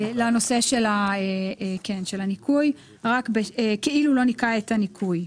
שמתייחס לנושא של הניכוי - כאילו לא ניכה את הניכוי".